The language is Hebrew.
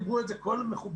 דיברו על זה כל המכובדים.